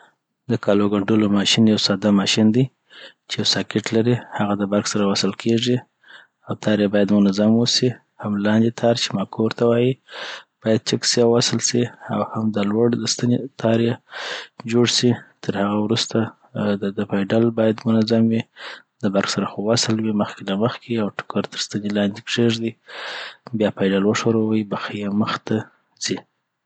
د کالو ګنډلو ماشين یو ساده ماشین دی چي یو ساکټ لری هغه د برق سره وصل کیږي او تار یی باید منظم اوسي هم لاندی تار چی ماکو ورته وایی باید چیک سي وصل سي اوهم دا لوړ د ستنې تار یی جوړ سی ترهغه وروسته آ د ده پایډل باید منظم وی د برق سره خو وصل وي مخکی له مخکي او ټوکر تر ستنې لاندي کښیږدي .بیا پایډل وښوروي بخې یی مخته ځي